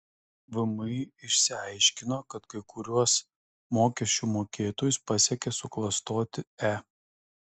vmi išsiaiškino kad kai kuriuos mokesčių mokėtojus pasiekė suklastoti e